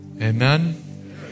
Amen